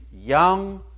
young